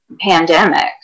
pandemic